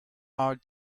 our